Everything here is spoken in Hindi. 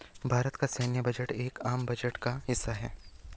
भारत का सैन्य बजट एक आम बजट का हिस्सा है